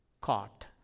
caught